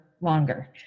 longer